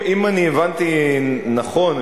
אם אני הבנתי נכון,